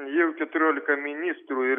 jau keturiolika ministrų ir